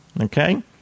Okay